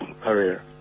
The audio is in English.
career